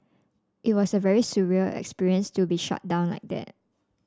it was a very surreal experience to be shut down like that